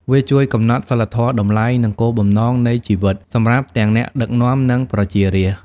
វាជួយកំណត់ សីលធម៌ តម្លៃ និង គោលបំណងនៃជីវិត សម្រាប់ទាំងអ្នកដឹកនាំ និងប្រជារាស្ត្រ។